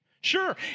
Sure